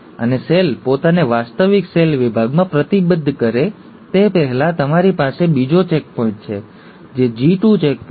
અને સેલ પોતાને વાસ્તવિક સેલ વિભાગમાં પ્રતિબદ્ધ કરે તે પહેલાં તમારી પાસે બીજો ચેક પોઇન્ટ છે જે G 2 ચેક પોઇન્ટ છે